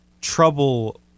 trouble